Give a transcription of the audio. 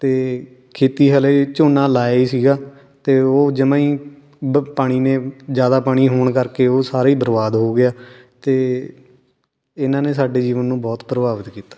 ਅਤੇ ਖੇਤੀ ਹਾਲੇ ਝੋਨਾ ਲਾਇਆ ਹੀ ਸੀਗਾ ਅਤੇ ਉਹ ਜਮਾਂ ਹੀ ਬ ਪਾਣੀ ਨੇ ਜ਼ਿਆਦਾ ਪਾਣੀ ਹੋਣ ਕਰਕੇ ਉਹ ਸਾਰੇ ਹੀ ਬਰਬਾਦ ਹੋ ਗਿਆ ਅਤੇ ਇਹਨਾਂ ਨੇ ਸਾਡੇ ਜੀਵਨ ਨੂੰ ਬਹੁਤ ਪ੍ਰਭਾਵਿਤ ਕੀਤਾ